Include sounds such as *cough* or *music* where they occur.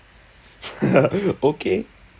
*laughs* okay